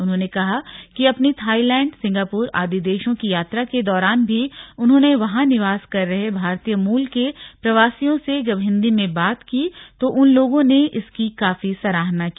उन्होंने कहा कि अपनी थाईलैण्ड सिंगापुर आदि देशों की यात्रा के दौरान भी उन्होंने वहां निवास कर रहे भारतीय मूल के प्रवासियों से जब हिन्दी में बात की तो उन लोगों ने इसकी काफी सराहना की